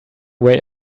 way